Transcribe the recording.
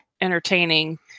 entertaining